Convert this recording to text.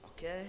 Okay